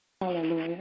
Hallelujah